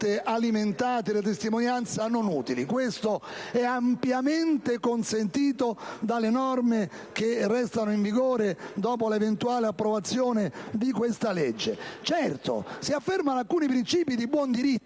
di mentire. GASPARRI *(PdL)*. Questo è ampiamente consentito dalle norme che restano in vigore dopo l'eventuale approvazione di questa legge. Certo, si affermano alcuni principi di buon diritto.